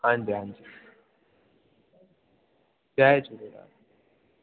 हा जी हा जी जय झूलेलाल